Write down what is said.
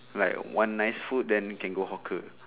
like want nice food then we can go hawker